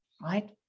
right